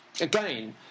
again